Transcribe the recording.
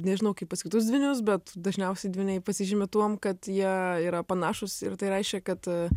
nežinau kaip pas kitus dvynius bet dažniausiai dvyniai pasižymi tuom kad jie yra panašūs ir tai reiškia kad